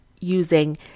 using